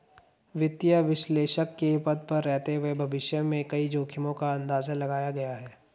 वित्तीय विश्लेषक के पद पर रहते हुए भविष्य में कई जोखिमो का अंदाज़ा लगाया है